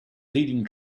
leading